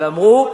ואמרו,